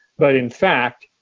but in fact,